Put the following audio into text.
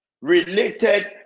related